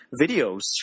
videos